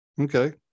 okay